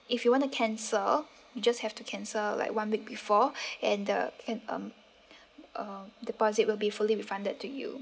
if you wanna cancel you just have to cancel like one week before and the and um uh deposit will be fully refunded to you